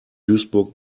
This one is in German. duisburg